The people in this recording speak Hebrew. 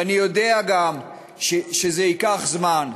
ואני גם יודע שזה ייקח זמן,